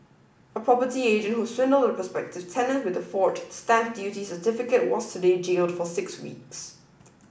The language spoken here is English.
a property agent who swindled a prospective tenant with a forged stamp duty certificate was today jailed for six weeks